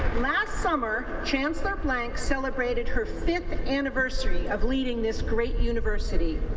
last summer, chancellor blank celebrated her fifth anniversary of leading this great university.